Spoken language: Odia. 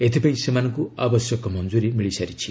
ଏଥିପାଇଁ ସେମାନଙ୍କୁ ଆବଶ୍ୟକ ମଞ୍ଜୁରି ମିଳିଛି